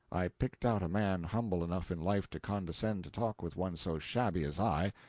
i picked out a man humble enough in life to condescend to talk with one so shabby as i,